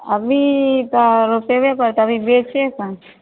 अभी तऽ रोपेबै करतै अभी बेचै कहाँ छिए